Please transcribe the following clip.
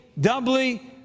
doubly